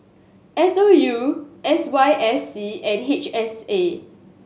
S O U S Y S C and H S A